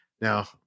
Now